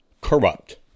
corrupt